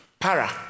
Para